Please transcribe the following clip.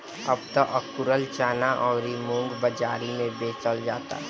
अब त अकुरल चना अउरी मुंग बाजारी में बेचल जाता